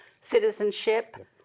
citizenship